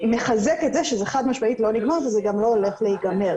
מחזק את זה שזה חד משמעית לא נגמר וזה גם לא הולך להיגמר.